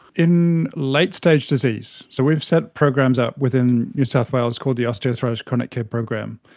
in late stage disease. so we've set programs up within new south wales called the osteoarthritis chronic care program,